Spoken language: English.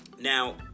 Now